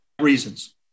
reasons